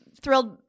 thrilled